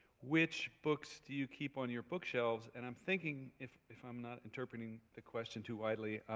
which books do you keep on your bookshelves? and i'm thinking, if if i'm not interpreting the question too widely,